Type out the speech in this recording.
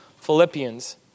Philippians